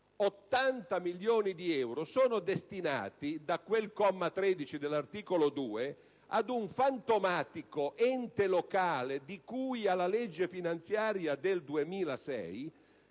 80 milioni di euro sono destinati, mediante quel comma 13 dell'articolo 2, ad un fantomatico ente locale di cui alla legge finanziaria del 2006